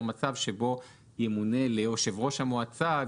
מצב שבו ימונה ליושב ראש המועצה,